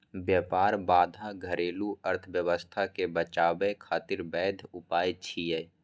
व्यापार बाधा घरेलू अर्थव्यवस्था कें बचाबै खातिर वैध उपाय छियै